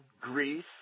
Greece